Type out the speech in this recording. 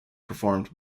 performed